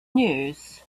news